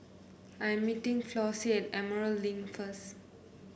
I am meeting Flossie at Emerald Link first